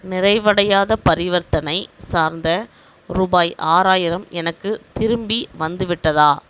நிறைவடையாத பரிவர்த்தனை சார்ந்த ரூபாய் ஆறாயிரம் எனக்குத் திரும்பி வந்துவிட்டதா